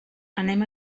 anem